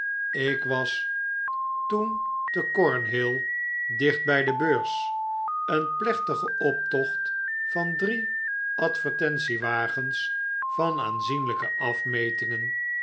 ik was toen te cornhill dicht bij de beurs een plechtigen optocht van drie advertentiewagens van aanzienlyke afmetingen